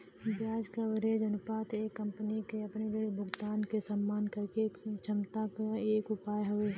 ब्याज कवरेज अनुपात एक कंपनी क अपने ऋण भुगतान क सम्मान करे क क्षमता क एक उपाय हौ